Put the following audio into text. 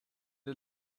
der